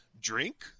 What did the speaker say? drink